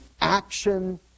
action